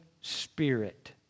Spirit